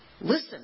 Listen